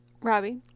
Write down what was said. Robbie